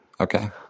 Okay